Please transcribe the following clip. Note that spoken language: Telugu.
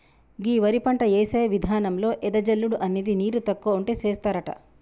గీ వరి పంట యేసే విధానంలో ఎద జల్లుడు అనేది నీరు తక్కువ ఉంటే సేస్తారట